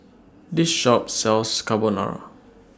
This Shop sells Carbonara